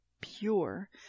pure